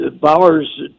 Bowers